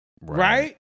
right